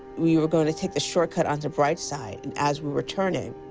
we were going to take the shortcut onto brightside, and as we were turning,